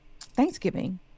Thanksgiving